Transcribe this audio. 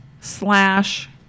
slash